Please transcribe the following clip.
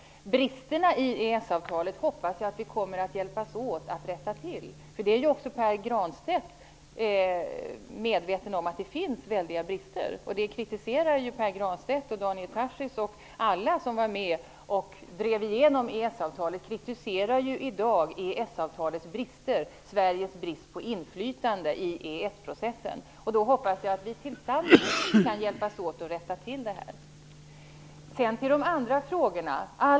Bristerna i EES-avtalet hoppas jag att vi kommer att hjälpas åt att rätta till. Även Pär Granstedt är ju medveten om att det finns stora brister och kritiserar dem. Även Daniel Tarschys och alla de som var med och drev igenom EES-avtalet kritiserar i dag EES-avtalets brister och Sveriges brist på inflytande i EES-processen. Jag hoppas då att vi tillsammans kan hjälpas åt att rätta till detta. Låt oss komma till de andra frågorna.